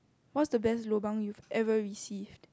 what's the best lobang you've ever received